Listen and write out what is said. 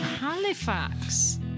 Halifax